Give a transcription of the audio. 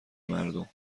مردم